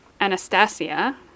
Anastasia